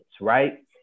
right